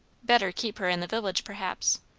better keep her in the village, perhaps.